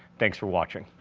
thanks for watching.